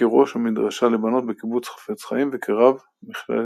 התיכונית בנתניה בראשות הרב שמחה הכהן קוק.